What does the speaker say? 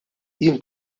jien